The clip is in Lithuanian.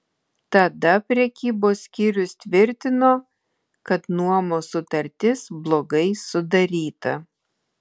tada prekybos skyrius tvirtino kad nuomos sutartis blogai sudaryta